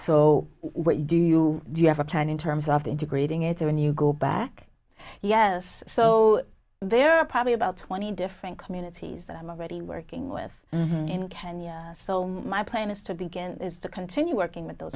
so what do you do you have a plan in terms of the integrating it when you go back yes so there are probably about twenty different communities that i'm already working with in kenya so my plan is to begin to continue working with those